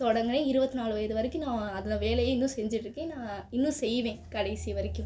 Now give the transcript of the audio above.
தொடங்கினேன் இருபத்தி நாலு வயது வரைக்கும் நான் அந்த வேலையை இன்னும் செஞ்சுட்ருக்கேன் நான் இன்னும் செய்வேன் கடைசி வரைக்கும்